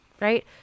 Right